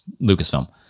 Lucasfilm